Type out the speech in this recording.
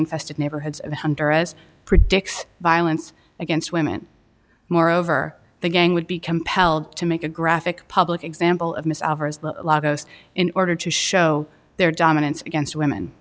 infested neighborhoods of hunter s predicts violence against women moreover the gang would be compelled to make a graphic public example of mr lagos in order to show their dominance against women